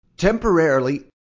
temporarily